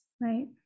right